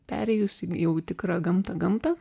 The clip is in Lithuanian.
perėjus jau į tikrą gamtą gamtą